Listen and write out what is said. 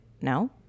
no